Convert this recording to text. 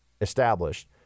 established